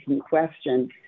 question